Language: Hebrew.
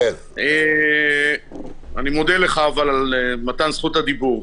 אני מודה לך על מתן זכות הדיבור.